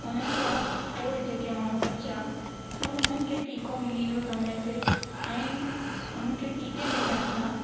उन्हनि जा पोइ जेके माण्हू बचा उन्हनि खे टीको मिली वियो समय ते ऐं उन्हनि खे टीके मिलण सां